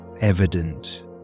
evident